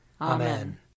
Amen